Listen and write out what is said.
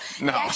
No